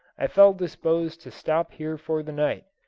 i felt disposed to stop here for the night,